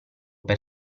per